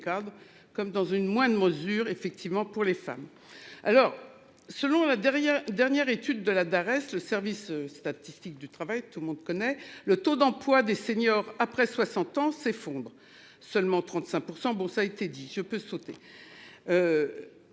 comme dans une moindre mesure effectivement pour les femmes. Alors selon la dernière dernière étude de la Dares s le service statistique du travail, tout le monde connaît le taux d'emploi des seniors. Après 60 ans s'effondre, seulement 35% bon ça a été dit, je peux sauter.